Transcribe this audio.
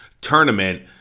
tournament